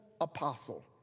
apostle